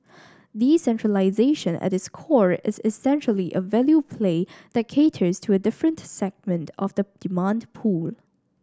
decentralisation at its core is essentially a value play that caters to a different segment of the demand pool